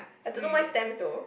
I don't know why stamps though